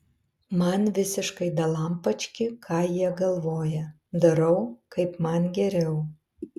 man visiškai dalampački ką jie galvoja darau kaip man geriau